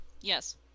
Yes